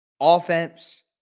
offense